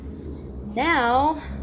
Now